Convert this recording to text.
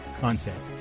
content